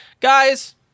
Guys